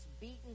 beaten